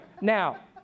Now